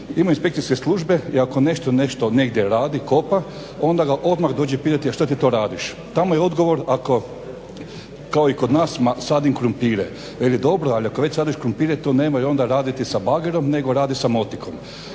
Imaju inspekcijske službe i ako nešto negdje radi, kopa onda ga odmah dođe pitati a što ti to radiš. Tamo je odgovor ako kao i kod nas sadim krumpire, veli dobro, ali ako već sadiš krumpire to nemoj onda raditi sa bagerom nego radi sa motikom.